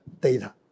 data